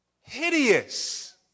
Hideous